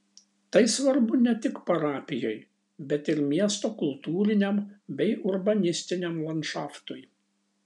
tai svarbu ne tik parapijai bet ir miesto kultūriniam bei urbanistiniam landšaftui